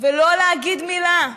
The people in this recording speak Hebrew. ולא להגיד מילה,